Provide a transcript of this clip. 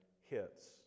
hits